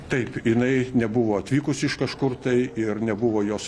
taip jinai nebuvo atvykusi iš kažkur tai ir nebuvo jos